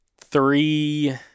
three